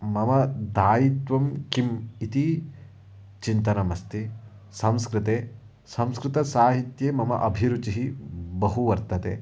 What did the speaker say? मम दायित्वं किम् इति चिन्तनमस्ति संस्कृते संस्कृतसाहित्ये मम अभिरुचिः बहु वर्तते